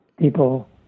people